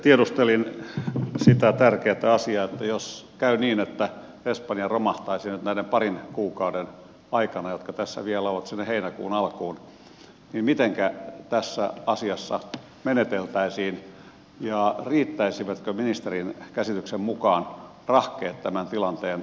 tiedustelin sitä tärkeätä asiaa että jos käy niin että espanja romahtaisi nyt näiden parin kuukauden aikana jotka tässä vielä ovat sinne heinäkuun alkuun niin mitenkä tässä asiassa meneteltäisiin ja riittäisivätkö ministerin käsityksen mukaan rahkeet tämän tilanteen hoitamiseen